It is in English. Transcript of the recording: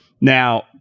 Now